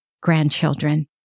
grandchildren